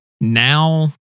now